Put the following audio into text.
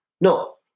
No